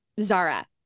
Zara